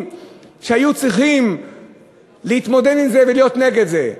שהיו צריכים להתמודד עם זה ולהיות נגד זה.